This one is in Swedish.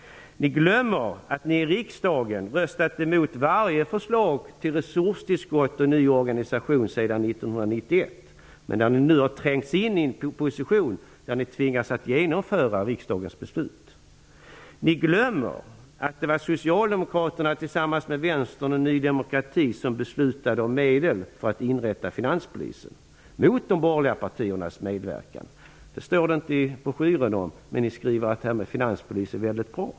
Ni glömmer att ni i riksdagen röstat emot varje förslag till resurstillskott och ny organisation sedan 1991. Men nu har ni trängts in i en position där ni tvingas att genomföra riksdagens beslut. Ni glömmer att det var Socialdemokraterna tillsammans med Vänstern och Ny demokrati som beslutade om medel för att inrätta finanspolisen, mot de borgerliga partiernas önskan. Det står det inte något om i broschyren, men ni skriver att idén med finanspolis är mycket bra.